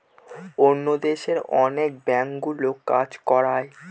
অন্য দেশে অনেক ব্যাঙ্কগুলো কাজ করায়